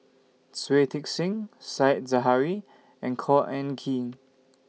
Shui Tit Sing Said Zahari and Khor Ean Ghee